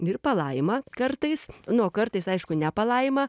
ir palaima kartais nu o kartais aišku ne palaima